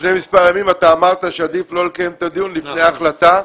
לפני מספר ימים אתה אמרת שעדיף לא לקיים את הדיון לפני ההחלטה.